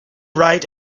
right